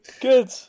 Good